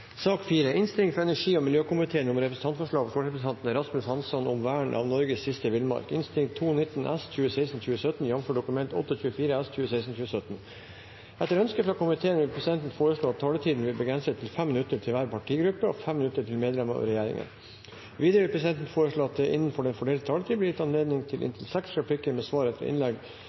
sak nr. 5. Etter ønske fra energi- og miljøkomiteen vil presidenten foreslå at sakene nr. 6 og 7 behandles under ett. – Det anses vedtatt. Etter ønske fra energi- og miljøkomiteen vil presidenten foreslå at taletiden blir begrenset til 5 minutter til hver partigruppe og 5 minutter til medlemmer av regjeringen. Videre vil presidenten foreslå at det – innenfor den fordelte taletid – blir gitt anledning til seks replikker med svar etter innlegg